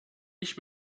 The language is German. ich